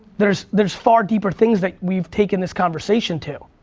there's there's far deeper things that we've taken this conversation to,